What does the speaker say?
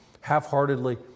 half-heartedly